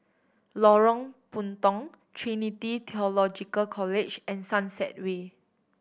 Lorong Puntong Trinity Theological College and Sunset Way